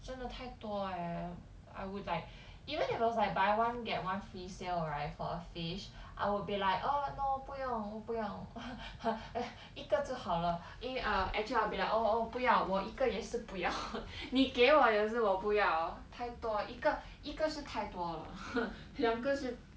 真的太多 eh I would like even if it was like buy one get one free sale right for a fish I would be like oh no 不用我不用 一个就好了因为 err actually I'll be like oh oh 不要我一个也是不要你给我也是我不要太多一个一个是太多了两个是